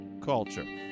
culture